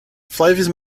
flavours